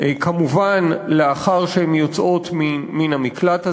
כמובן לאחר שהן יוצאות מן המקלט הזה.